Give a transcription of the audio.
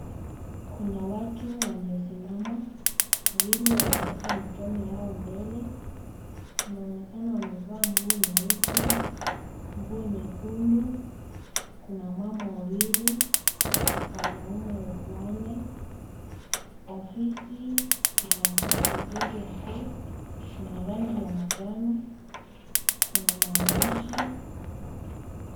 Kuna watu waliosimama , wawili wameweka mikono yao mbele inaonekana wamevaa nguo nyeusi , nguo nyekundu ,kuna mama wawili , wanaume wanne , ofisi ya mkurugenzi mkuu ,kuna rangi ya majano , kuna maandishi.